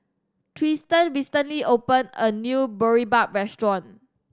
Tristan recently opened a new Boribap restaurant